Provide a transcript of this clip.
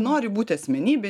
nori būti asmenybė